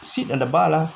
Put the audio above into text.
seat at the bar lah